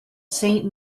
saint